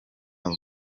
vuba